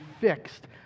fixed